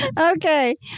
Okay